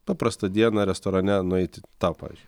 paprastą dieną restorane nueiti tau pavyzdžiui